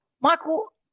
Michael